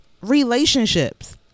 relationships